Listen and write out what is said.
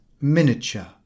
miniature